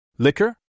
Liquor